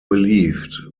believed